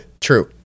true